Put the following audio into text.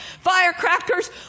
firecrackers